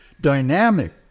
dynamic